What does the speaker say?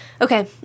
Okay